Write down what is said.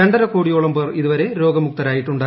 രൂണ്ട്രക്കോടിയോളം പേർ ഇതുവരെ രോഗ മുക്തരായിട്ടുണ്ട്